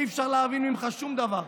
אי-אפשר להבין ממך שום דבר.